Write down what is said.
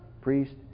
priest